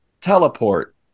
teleport